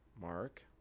Mark